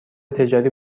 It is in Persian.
تجاری